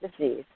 disease